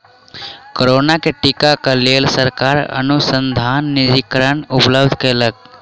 corona के टीका क लेल सरकार अनुसन्धान निधिकरण उपलब्ध कयलक